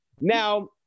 Now